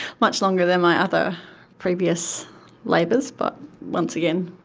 much longer than my other previous labours but once again,